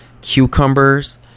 cucumbers